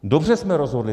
Dobře jsme rozhodli.